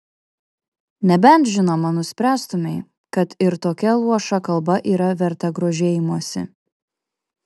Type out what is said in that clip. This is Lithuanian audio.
nebent žinoma nuspręstumei kad ir tokia luoša kalba yra verta grožėjimosi